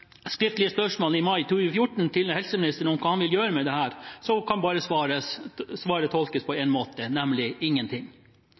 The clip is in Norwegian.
i mai 2014 om hva han vil gjøre med dette, kan svaret bare tolkes på én måte, nemlig: Ingenting.